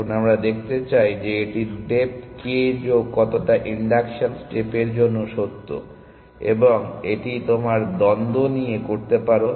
এখন আমরা দেখাতে চাই যে এটি ডেপ্থ k যোগ কতটা ইন্ডাকশন স্টেপের জন্যও সত্য এবং এটি তোমরা দ্বন্দ্ব নিয়ে করতে পারো